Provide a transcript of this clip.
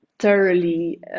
thoroughly